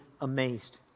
amazed